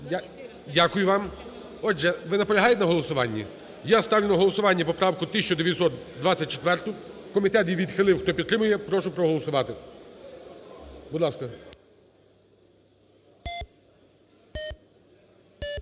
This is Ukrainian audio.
Дякую вам. Отже, ви наполягаєте на голосуванні? Я ставлю на голосування поправку 1924. Комітет її відхилив, хто підтримує, я прошу проголосувати, будь ласка.